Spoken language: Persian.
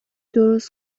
درست